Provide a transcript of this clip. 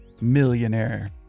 millionaire